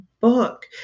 book